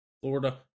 Florida